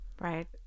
Right